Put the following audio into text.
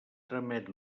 tramet